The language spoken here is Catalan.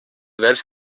vers